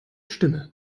stimme